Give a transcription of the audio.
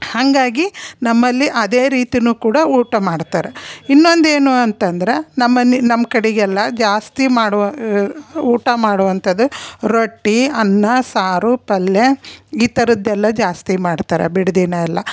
ಹಾಗಾಗಿ ನಮ್ಮಲ್ಲಿ ಅದೇ ರೀತಿಯೂ ಕೂಡ ಊಟ ಮಾಡ್ತಾರೆ ಇನ್ನೊಂದು ಏನು ಅಂತಂದ್ರೆ ನಮ್ಮ ಮನೆ ನಮ್ಮ ಕಡೆಗೆಲ್ಲ ಜಾಸ್ತಿ ಮಾಡುವ ಊಟ ಮಾಡುವಂಥದ್ದು ರೊಟ್ಟಿ ಅನ್ನ ಸಾರು ಪಲ್ಯ ಈ ಥರದ್ದೆಲ್ಲ ಜಾಸ್ತಿ ಮಾಡ್ತಾರೆ ಬಿಡ್ದಿನ ಎಲ್ಲ